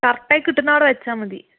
correct ആയിട്ട് കിട്ടുന്നവിടെ വെച്ചാൽ മതി